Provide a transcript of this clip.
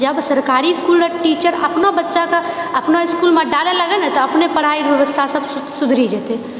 जब सरकारी इसकुलके टीचर अपनो बच्चाकेँ अपनो इसकुलमे डालय लागै तऽ अपने पढ़ाइ व्यवस्था सब सुधरि जेतए